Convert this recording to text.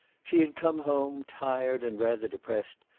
she had come home, tired and rather depressed,